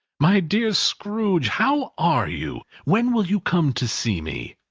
my dear scrooge, how are you? when will you come to see me?